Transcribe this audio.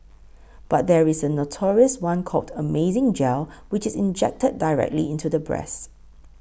but there is a notorious one called Amazing Gel which is injected directly into the breasts